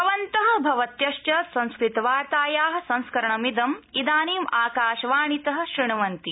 भवन्त भवत्यश्च संस्कृतवार्ताया संस्करणमिदं इदानीम् आकाशवाणीत श्रण्वन्ति